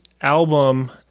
album